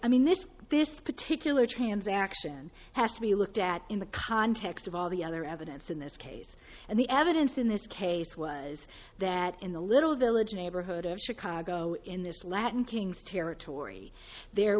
i mean this this particular transaction has to be looked at in the context of all the other evidence in this case and the evidence in this case was that in the little village neighborhood of chicago in this latin kings territory there